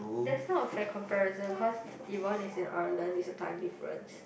that's not a fair comparison cause Yvonne is in Ireland there's a time difference